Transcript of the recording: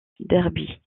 derby